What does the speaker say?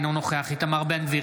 אינו נוכח איתמר בן גביר,